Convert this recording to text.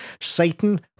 Satan